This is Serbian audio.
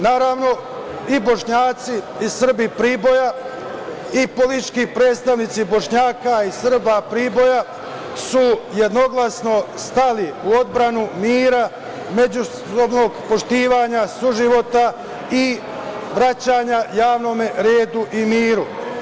Naravno, i Bošnjaci i Srbi Priboja i politički predstavnici Bošnjaka i Srba Priboja su jednoglasno stali u odbranu mira, međusobnog poštovanja, suživota i vraćanja javnom redu i miru.